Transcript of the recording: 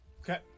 Okay